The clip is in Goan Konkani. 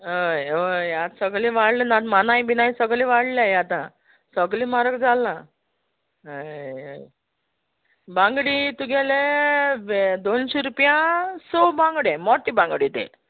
हय हय आत सगलें वाडलें ना मानाय बिनाय सगले वाडलें आतां सोग्लें म्हारग जालां हय बांगडे तुगेले बे दोनशी रुपया सो बांगडे मोठे बांगडे ते